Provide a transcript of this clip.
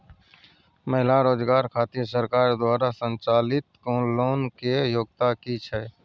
महिला रोजगार खातिर सरकार द्वारा संचालित लोन के योग्यता कि छै?